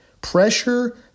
Pressure